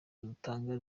rutanga